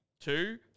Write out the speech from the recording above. two